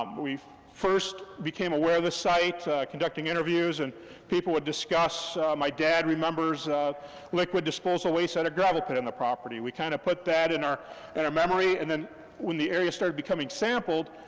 um we first became aware of this site conducting interviews, and people would discuss, my dad remembers liquid disposal waste at a gravel pit in the property. we kind of put that in our and our memory, and then when the area started becoming sampled,